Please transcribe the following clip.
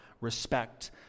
respect